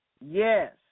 yes